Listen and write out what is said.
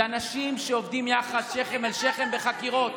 זה אנשים שעובדים יחד שכם אל שכם בחקירות.